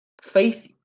Faith